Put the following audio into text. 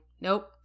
Nope